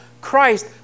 Christ